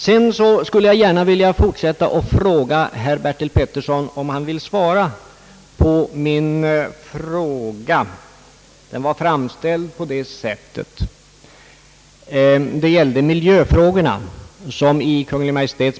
Sedan skulle jag gärna vilja upprepa min fråga om miljöproblemen, om herr Bertil Petersson vill svara på den punkten.